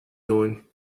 doing